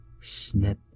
snip